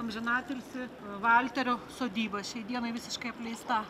amžinatilsį valterio sodyba šiai dienai visiškai apleista